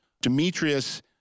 Demetrius